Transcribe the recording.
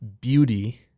beauty